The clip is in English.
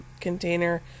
container